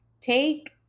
take